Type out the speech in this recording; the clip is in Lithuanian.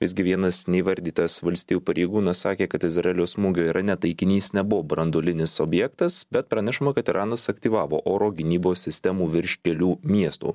visgi vienas neįvardytas valstijų pareigūnas sakė kad izraelio smūgio irane taikinys nebuvo branduolinis objektas bet pranešama kad iranas aktyvavo oro gynybos sistemų virš kelių miestų